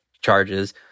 charges